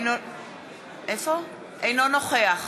אינו נוכח